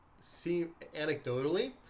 anecdotally